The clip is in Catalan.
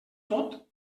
tot